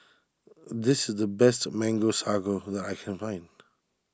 this is the best Mango Sago who I can find